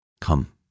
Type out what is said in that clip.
Come